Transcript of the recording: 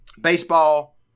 Baseball